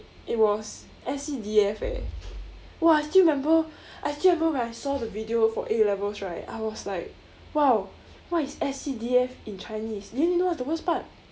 it was S_C_D_F eh !wah! I still remember I still remember when I saw the video for A-levels right I was like !wow! what is S_C_D_F in chinese then you know what's the worst part